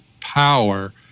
power